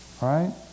Right